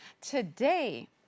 Today